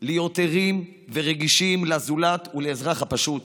להיות ערים ורגישים לזולת ולאזרח הפשוט,